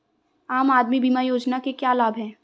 आम आदमी बीमा योजना के क्या लाभ हैं?